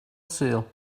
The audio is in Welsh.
sul